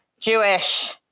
Jewish